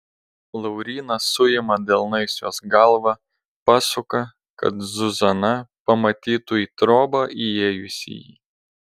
laurynas suima delnais jos galvą pasuka kad zuzana pamatytų į trobą įėjusįjį